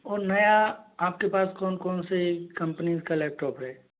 और नया आपके पास कौन कौन से कम्पनीज़ का लैपटॉप है